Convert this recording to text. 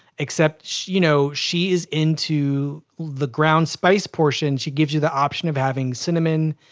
except she you know she is into the ground spice portion, she gives you the option of having cinnamon,